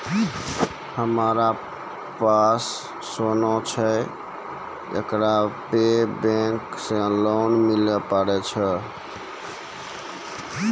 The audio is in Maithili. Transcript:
हमारा पास सोना छै येकरा पे बैंक से लोन मिले पारे छै?